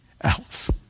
else